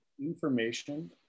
information